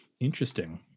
Interesting